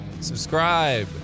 Subscribe